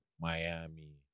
Miami